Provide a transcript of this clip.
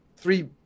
three